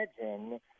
imagine